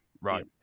Right